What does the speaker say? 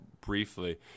briefly